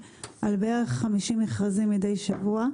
אנחנו עוברים על כ-50 מכרזים מידי שבוע,